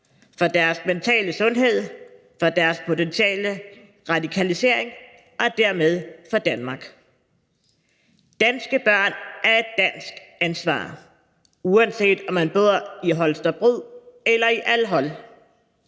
for deres mentale sundhed, for deres potentielle radikalisering og dermed for Danmark. Danske børn er et dansk ansvar, uanset om man bor i Holstebro eller i al-Hol.